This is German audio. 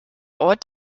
ort